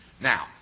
Now